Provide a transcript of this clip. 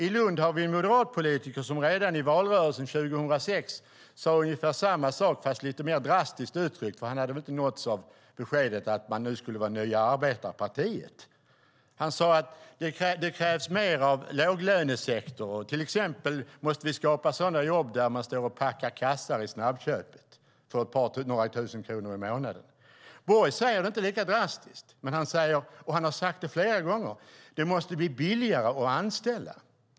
I Lund har vi en moderatpolitiker som redan i valrörelsen 2006 sade ungefär samma sak fast lite mer drastiskt uttryckt, för han hade väl inte nåtts av beskedet att de nu skulle vara det nya arbetarpartiet. Han sade: Det krävs mer av låglönesektorer. Till exempel måste vi skapa sådana jobb där man står och packar kassar i snabbköpet för några tusen kronor i månaden. Borg uttrycker det inte lika drastiskt, men han har sagt flera gånger att det måste bli billigare att anställa.